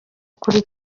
kuri